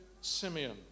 Simeon